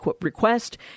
request